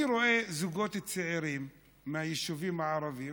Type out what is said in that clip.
אני רואה זוגות צעירים מהיישובים הערביים